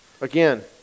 Again